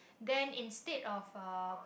then instead of uh